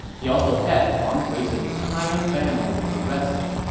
he also had huang kui's entire family arrested